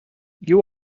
you